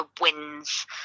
wins